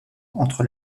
entre